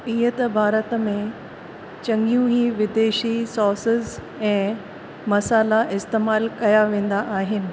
ईअं त भारत में चङियूं ई विदेशी सॉसेस ऐं मसाला इस्तेमालु कया वेंदा आहिनि